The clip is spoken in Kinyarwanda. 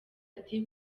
ati